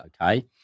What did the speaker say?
Okay